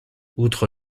outre